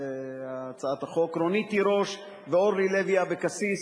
על הצעת החוק חתומות גם רונית תירוש ואורלי לוי אבקסיס.